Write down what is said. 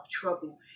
trouble